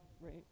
right